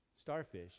starfish